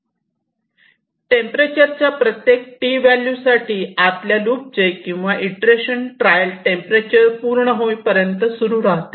temperature च्या प्रत्येक T value साठी आतल्या लूपचे किंवा इटरेशनचे ट्रायल टेंपरेचर पूर्ण होईपर्यंत सुरू राहते